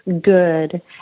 good